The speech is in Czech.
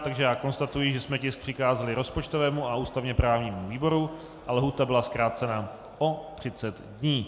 Takže konstatuji, že jsme tisk přikázali rozpočtovému a ústavněprávnímu výboru a lhůta byla zkrácena o 30 dní.